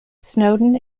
snowdon